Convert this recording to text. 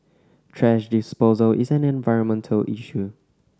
thrash disposal is an environmental issue